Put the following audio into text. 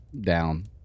down